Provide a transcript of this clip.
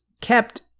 kept